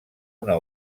una